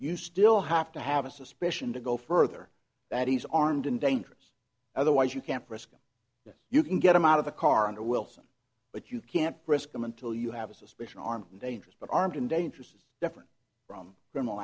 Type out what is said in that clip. you still have to have a suspicion to go further that he's armed and dangerous otherwise you can't risk this you can get him out of a car under wilson but you can't risk them until you have a suspicion armed and dangerous but armed and dangerous is different from criminal